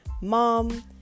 mom